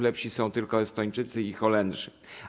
Lepsi są tylko Estończycy i Holendrzy.